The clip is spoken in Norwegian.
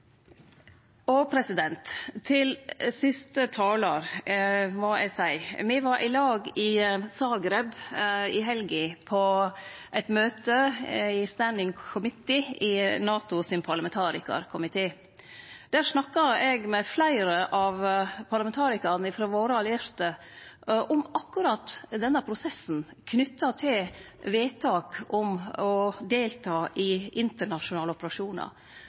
protokollert vedtak. Til siste talar må eg seie: Me var i lag i Zagreb i helga, på eit møte i Standing Committee i NATOs parlamentarikarkomité. Der snakka eg med fleire av parlamentarikarane frå våre allierte om akkurat denne prosessen knytt til vedtak om å delta i internasjonale operasjonar.